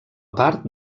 part